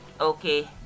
Okay